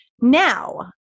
Now